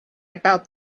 about